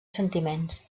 sentiments